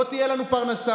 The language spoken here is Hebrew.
לא תהיה לנו פרנסה.